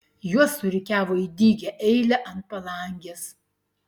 juos surikiavo į dygią eilę ant palangės